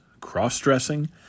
cross-dressing